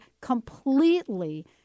completely